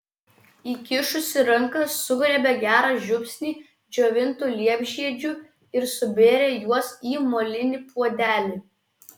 įkišusi ranką sugriebė gerą žiupsnį džiovintų liepžiedžių ir subėrė juos į molinį puodelį